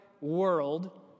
world